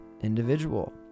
individual